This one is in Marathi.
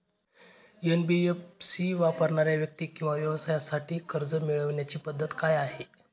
एन.बी.एफ.सी वापरणाऱ्या व्यक्ती किंवा व्यवसायांसाठी कर्ज मिळविण्याची पद्धत काय आहे?